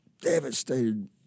devastated